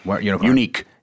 Unique